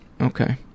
Okay